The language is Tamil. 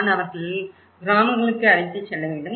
நான் அவர்களை கிராமங்களுக்கு அழைத்துச் செல்ல வேண்டும்